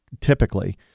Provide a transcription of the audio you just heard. typically